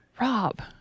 rob